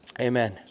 Amen